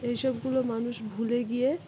এই সবগুলো মানুষ ভুলে গিয়ে